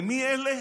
ומי אלה?